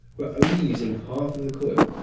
we're only using half of the coil.